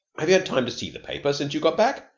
have you had time to see the paper since you got back?